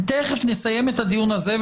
נסיים את הדיון הזה,